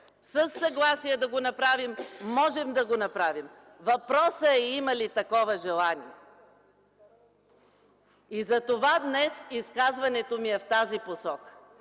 със съгласие да го направим, можем да го направим. Въпросът е: има ли такова желание? Затова днес изказването ми е в тази посока.